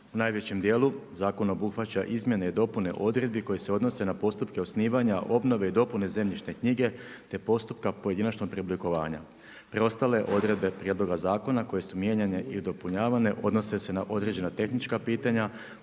U najvećem dijelu zakon obuhvaća izmjene i dopune odredbi koje se odnose na postupke osnivanja, obnove i dopune zemljišne knjige te postupak pojedinačnog preoblikovanja. Preostale odredbe prijedloga zakona koji su mijenjane i dopunjavane odnose na određena tehnička pitanja